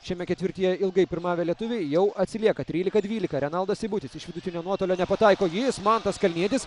šiame ketvirtyje ilgai pirmavę lietuviai jau atsilieka trylika dvylika renaldas seibutis iš vidutinio nuotolio nepataiko jis mantas kalnietis